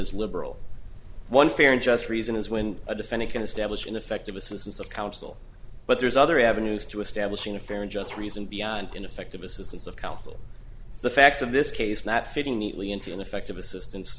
as liberal one fair and just reason is when a defendant can establish ineffective assistance of counsel but there's other avenues to establishing a fair and just reason beyond ineffective assistance of counsel the facts of this case not fitting the early into ineffective assistance